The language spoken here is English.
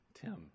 Tim